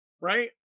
right